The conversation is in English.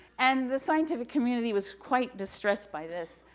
and the scientific community was quite distressed by this.